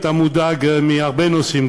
אתה מודאג מהרבה נושאים,